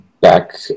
back